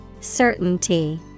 Certainty